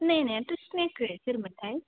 सिनायनायाथ' सिनायाखै सोरमोनथाय